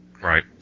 Right